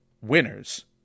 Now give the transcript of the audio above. winners